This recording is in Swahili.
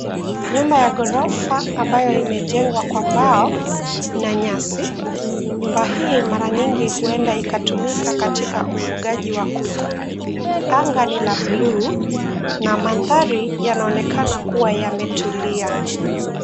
Nyumba ya ghorofa ambayo imejengwa kwa mbao na nyasi. Nyumba hii mara nyingi huenda ikatumika katika ufugaji wa kuku. Anga ni la bluu na mandhari yanaonekana kuwa yametulia.